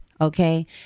Okay